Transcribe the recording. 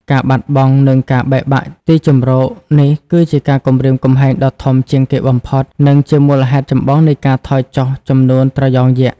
ការបាត់បង់ និងការបែកបាក់ទីជម្រក នេះគឺជាការគំរាមកំហែងដ៏ធំជាងគេបំផុត និងជាមូលហេតុចម្បងនៃការថយចុះចំនួនត្រយងយក្ស។